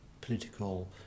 political